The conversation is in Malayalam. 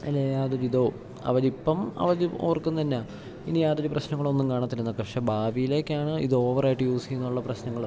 അല്ലേൽ യാതൊരുവിധ അവരിപ്പം അവര് ഓർക്കുന്നത് എന്നാ ഇനി യാതൊര് പ്രശ്നങ്ങളൊന്നും കാണത്തില്ലെന്നാ പക്ഷേ ഭാവിയിലേക്കാണ് ഇത് ഓവറായിട്ട് യൂസ് ചെയ്യുന്നതിനുള്ള പ്രശ്നങ്ങളും